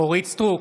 אורית מלכה סטרוק,